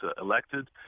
elected